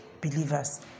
believers